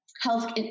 health